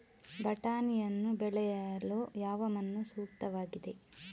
ಬಟಾಣಿಯನ್ನು ಬೆಳೆಯಲು ಯಾವ ಮಣ್ಣು ಸೂಕ್ತವಾಗಿದೆ?